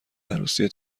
عروسی